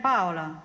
Paola